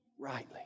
rightly